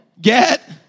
get